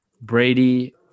Brady